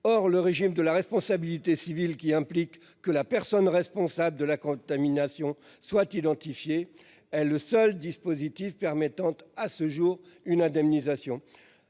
Or le régime de la responsabilité civile qui implique que la personne responsable de la contamination soit identifié est le seul dispositif permettant à ce jour une indemnisation.